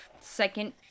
second